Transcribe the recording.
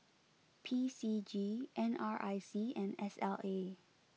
P C G N R I C and S L A